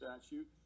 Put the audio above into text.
statute